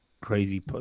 crazy